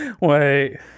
Wait